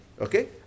Okay